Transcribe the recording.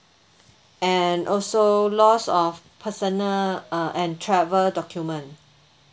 and also loss of personal uh and travel document